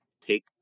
take